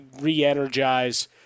re-energize